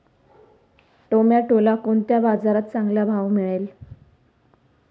टोमॅटोला कोणत्या बाजारात चांगला भाव मिळेल?